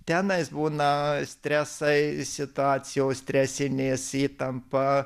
tenais būna stresai situacijos stresinės įtampa